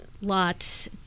lots